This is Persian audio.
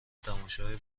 تماشای